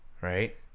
Right